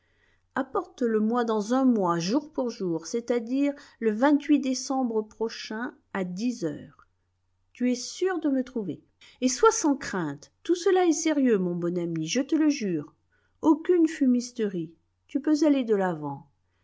apporte le moi dans un mois jour pour jour c'est-à-dire le vingt-huit décembre prochain à heures tu es sûr de me trouver et sois sans crainte tout cela est sérieux mon bon ami je te le jure aucune fumisterie tu peux aller de l'avant